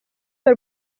per